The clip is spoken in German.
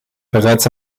bereits